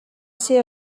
ser